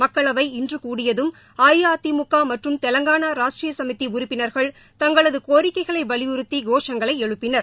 மக்களவை இன்று கூடியதும் அஇஅதிமுக மற்றும் தெலுங்கான ராஷ்டிரிய சமித்தி உறுப்பினர்கள் தங்களது கோரிக்கைகளை வலீயுறுத்தி கோஷங்களை எழுப்பினர்